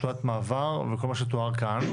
תעודת מעבר וכל מה שתואר כאן.